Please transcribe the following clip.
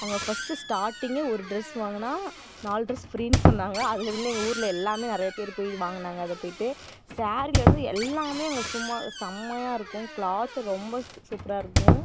அங்கே ஃபஸ்ட்டு ஸ்டாட்டிங்கே ஒரு ட்ரெஸ் வாங்கினா நாலு ட்ரெஸ் ஃப்ரீன்னு சொன்னாங்க அதிலேருந்து எங்கள் ஊரில் எல்லாமே நிறைய பேர் போய் வாங்கினாங்க அதை போயிட்டு சாரீலேருந்து எல்லாமே அங்கே சும்மா செமையாருக்கும் க்ளாத்து ரொம்ப சூப்பராயிருக்கும்